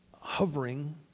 hovering